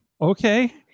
okay